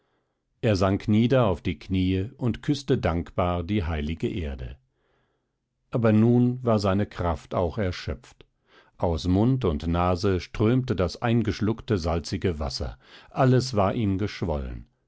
er sank nieder auf die kniee und küßte dankbar die heilige erde aber nun war seine kraft auch erschöpft aus mund und nase strömte das eingeschluckte salzige wasser alles war ihm geschwollen